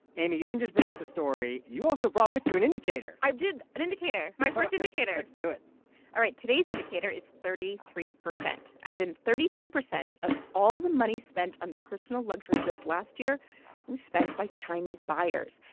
aimee, you didn't just bring us the story. you also brought with you an indicator i did an indicator, my first indicator let's do it all right. today's indicator is thirty three percent, as in thirty three percent of all the money spent on personal luxury goods last year was spent by chinese buyers.